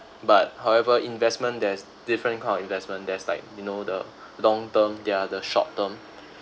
but however investment there's different kind of investment there's like you know the long term there are the short term